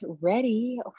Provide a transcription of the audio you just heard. ready